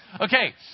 Okay